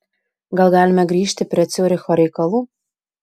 gal galime grįžti prie ciuricho reikalų